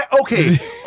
Okay